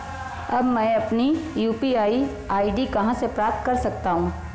अब मैं अपनी यू.पी.आई आई.डी कहां से प्राप्त कर सकता हूं?